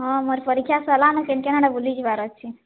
ହଁ ଆମର୍ ପରୀକ୍ଷା ସରିଲା ଆମର କିନ୍ କିନ୍ ଆଡ଼େ ବୁଲି ଯିବାର ଅଛି